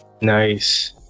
Nice